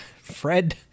Fred